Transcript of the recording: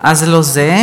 אז לא זה.